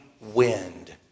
wind